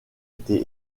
été